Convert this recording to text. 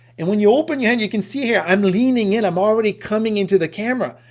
and when you open your hand, you can see here, i'm leaning in, i'm already coming into the camera,